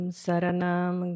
saranam